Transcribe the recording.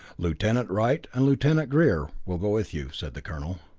lieutenant wright and lieutenant greer will go with you, said the colonel.